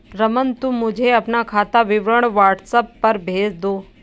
रमन, तुम मुझे अपना खाता विवरण व्हाट्सएप पर भेज दो